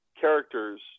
characters